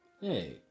Hey